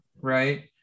right